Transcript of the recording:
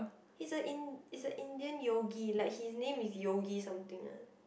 is a in~ is a Indian yogi like his name is Yogi something lah